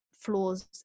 flaws